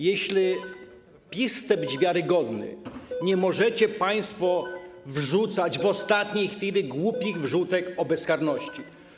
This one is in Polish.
Jeśli PiS chce być wiarygodny, nie możecie państwo robić w ostatniej chwili głupich wrzutek o bezkarności.